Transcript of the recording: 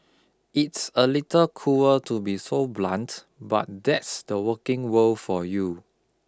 it's a little cruel to be so blunt but that's the working world for you